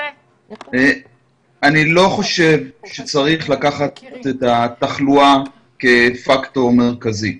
אני לא חושב שצריך לקחת את התחלואה כפקטור מרכזי.